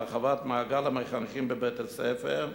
הרחבת מעגל המחנכים בבית-הספר,